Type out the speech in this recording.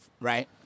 right